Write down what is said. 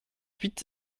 huit